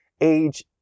age